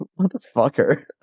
motherfucker